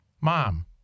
mom